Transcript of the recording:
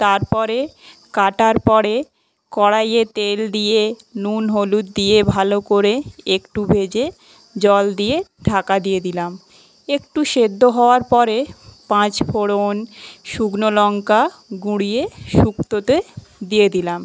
তারপরে কাটার পরে কড়াইয়ে তেল দিয়ে নুন হলুদ দিয়ে ভালো করে একটু ভেজে জল দিয়ে ঢাকা দিয়ে দিলাম একটু সেদ্ধ হওয়ার পরে পাঁচ ফোঁড়ন শুকনো লঙ্কা গুঁড়িয়ে সুক্তোতে দিয়ে দিলাম